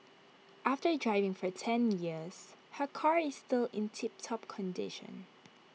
after driving for ten years her car is still in tiptop condition